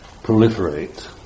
proliferate